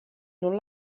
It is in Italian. non